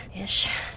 Ish